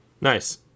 Nice